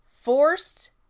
Forced